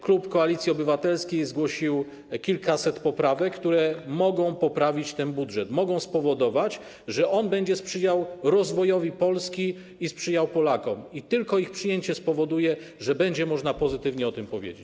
Klub Koalicji Obywatelskiej zgłosił kilkaset poprawek, które mogą poprawić ten budżet, mogą spowodować, że on będzie sprzyjał rozwojowi Polski i będzie sprzyjał Polakom, i tylko ich przyjęcie spowoduje, że będzie można pozytywnie o nim powiedzieć.